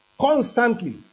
constantly